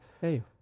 Hey